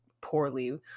poorly